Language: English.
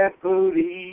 booty